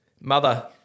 mother